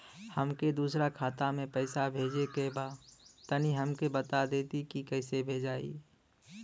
हमके दूसरा खाता में पैसा भेजे के बा तनि हमके बता देती की कइसे भेजाई?